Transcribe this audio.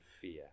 fear